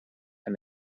and